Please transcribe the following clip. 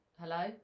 Hello